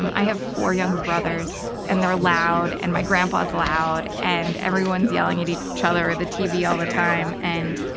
i have four younger brothers and they're loud, and my grandpa is loud, and everyone's yelling at each other or the tv all the time. and,